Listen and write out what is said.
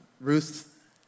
Ruth